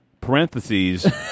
parentheses